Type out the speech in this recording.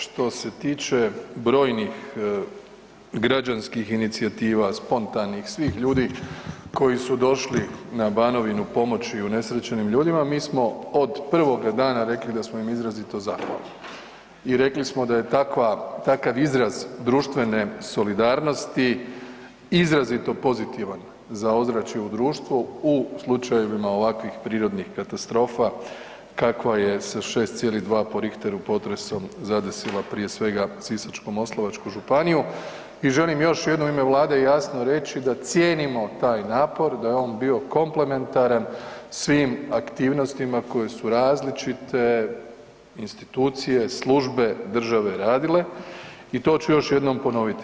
Što se tiče brojnih građanskih inicijativa, spontanih, svih ljudi koji su došli na Banovinu pomoći unesrećenim ljudima mi smo od prvoga dana rekli da smo im izrazito zahvalni i rekli smo da je takva, takav izraz društvene solidarnosti izrazito pozitivan za ozračje u društvu u slučajevima ovakvih prirodnih katastrofa kakva je sa 6,2 po Richteru potresom zadesila, prije svega Sisačko-moslavačku županiju i želim, još jednom u ime Vlade jasno reći da cijenimo taj napor, da je on bio komplementaran svim aktivnostima koje su različite institucije, službe države radile i to ću još jednom ponoviti.